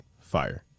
Fire